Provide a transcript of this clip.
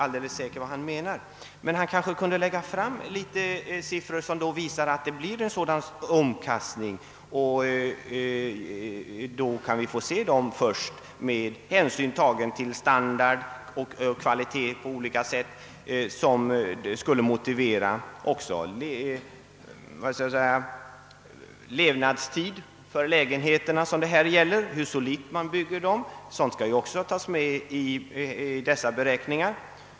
Men herr Carlshamre kanske kunde låta oss få ta del av siffror som visar att det blir en sådan omkastning — med hänsyn tagen till standard och kvalitet i olika avseenden — som skulle motivera också »levnadstiden» för de lägenheter det här gäller. Hur solitt man bygger lägenheterna skall ju också tas med i dessa beräkningar.